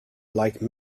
like